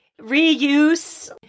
reuse